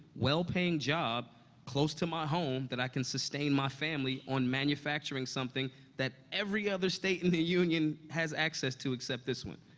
well-paying job close to my home that i can sustain my family on manufacturing something that every other state in the union has access to except this one,